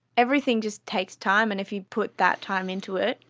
everything just takes time, and if you put that time into it,